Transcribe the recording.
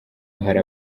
hari